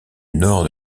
nord